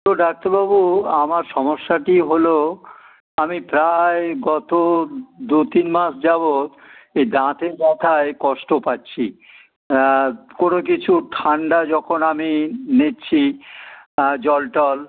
তো ডাক্তারবাবু আমার সমস্যাটি হলো আমি প্রায় গত দু তিন মাস যাবৎ এই দাঁতের ব্যথায় কষ্ট পাচ্ছি কোনো কিছু ঠান্ডা যখন আমি নিচ্ছি জল টল